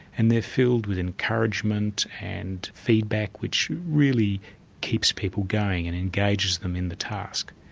and they're filled with encouragement and feedback which really keeps people going and engages them in the task.